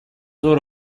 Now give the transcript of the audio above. zor